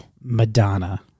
Madonna